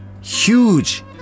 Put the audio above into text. huge